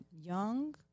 young